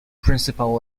principal